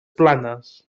planes